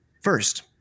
first